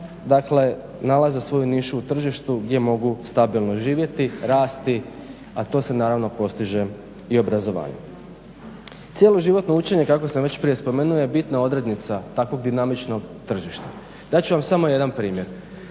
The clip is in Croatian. dakle nalaze svoju nišu u tržištu gdje mogu stabilno živjeti, rasti, a to se naravno postiže i obrazovanjem. Cjeloživotno učenje kako sam već prije spomenuo je bitna odrednica takvog dinamičnog tržišta. Dat ću vam samo jedan primjer.